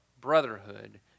brotherhood